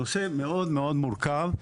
נושא מאוד מורכב,